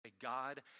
God